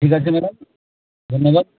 ঠিক আছে ম্যাডাম ধন্যবাদ